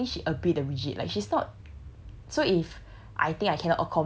so the thing is I think she a bit the rigid like she's not so if